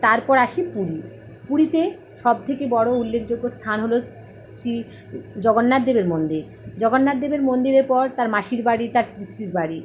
তারপর আসি পুরী পুরীতে সবথেকে বড় উল্লেখযোগ্য স্থান হল শ্রী জগন্নাথ দেবের মন্দির জগন্নাথ দেবের মন্দিরের পর তার মাসির বাড়ি তার পিসির বাড়ি